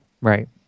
Right